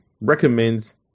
recommends